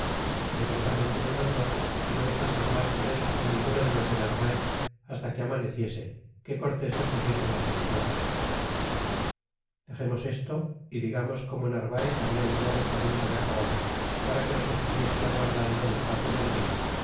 y secretamente me mandó que no dexase hablar con él ninguno de los de narvaez hasta que amaneciese que cortés le pusiese mas en cobro dexemos desto y digamos como narvaez habia enviado quarenta de caballo para que nos estuviesen aguardando en el paso del rio